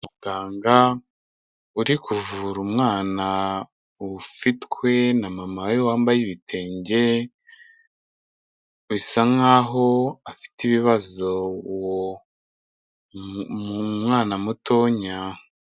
Muganga uri kuvura umwana ufitwe na mama we wambaye ibitenge, bisa nkaho afite ibibazo uwo mwana mutonya.